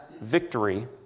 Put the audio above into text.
victory